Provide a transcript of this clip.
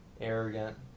Arrogant